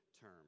term